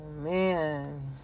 man